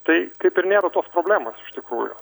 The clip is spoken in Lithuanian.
tai kaip ir nėra tos problemos iš tikrųjų